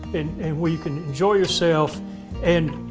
and where you can enjoy yourself and